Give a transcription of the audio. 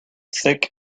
thick